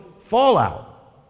fallout